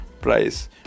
price